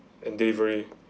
and delivery